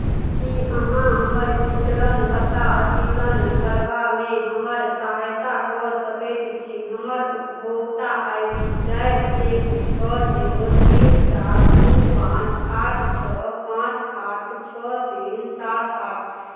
की अहाँ हमर वितरण पता अद्यतन करबामे हमर सहायता कऽ सकैत छी हमर उपभोक्ता आइ डी चारि एक छओ जीरो तीन सात दू पाँच आठ छओ पाँच आठ छओ तीन सात आठ